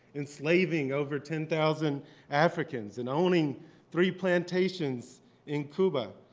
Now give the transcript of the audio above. enslaving over ten thousand africans, and owning three plantations in cuba,